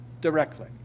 directly